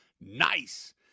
nice